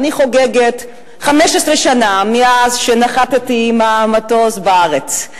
אני חוגגת 15 שנה מאז נחתי עם המטוס בארץ.